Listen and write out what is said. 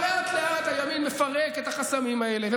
אבל לאט-לאט הימין מפרק את החסמים האלה, קשקשנים.